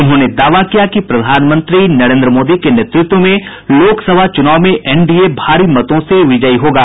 उन्होंने दावा किया कि प्रधानमंत्री नरेन्द्र मोदी के नेतृत्व में लोकसभा चूनाव में एनडीए भारी मतों से विजयी होगा